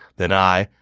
then i,